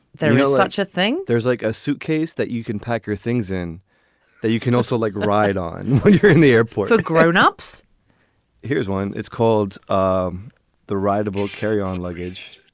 there is such a thing. there's like a suitcase that you can pack your things in that you can also, like, ride on. you're in the airport, all the grown ups here's one. it's called um the rideable carry on luggage